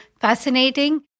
fascinating